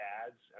ads